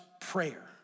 prayer